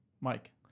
Mike